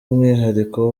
umwihariko